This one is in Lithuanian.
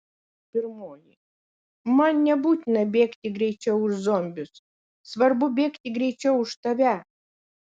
pirmoji man nebūtina bėgti greičiau už zombius svarbu bėgti greičiau už tave